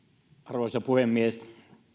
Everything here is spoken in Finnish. arvoisa puhemies